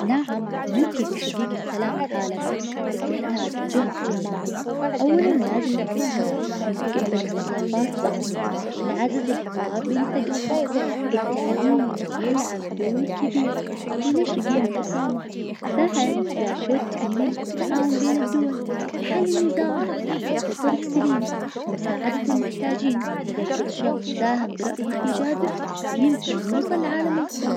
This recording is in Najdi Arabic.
نعم ممكن تحقيق السلام العالمي بس يحتاج جهد جماعي. أولا لازم نتفاهم ونتقبل إختلافات بعظنا، ونعزز الحوار بين الثقافات. التعليم بيلعب دور كبير في نشر قيم التسامح. بعد لابد من التعاون بين الدول لحل النزاعات بطرق سليمة، ومساعدة المحتاجين إذا كل شخص ساهم برأيه الإيجابي يمكن نوصل لعالم أفظل.